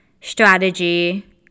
strategy